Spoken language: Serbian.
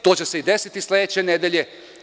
To će se i desiti sledeće nedelje.